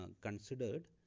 considered